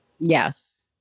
Yes